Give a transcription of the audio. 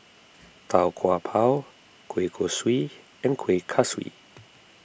Tau Kwa Pau Kueh Kosui and Kueh Kaswi